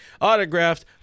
Autographed